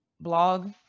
blog